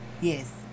Yes